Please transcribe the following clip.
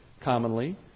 commonly